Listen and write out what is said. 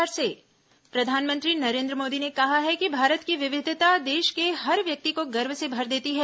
मन की बात प्रधानमंत्री नरेन्द्र मोदी ने कहा है कि भारत की विविधता देश के हर व्यक्ति को गर्व से भर देती है